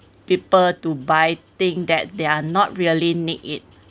people to buy thing that they're not really need it